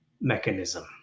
mechanism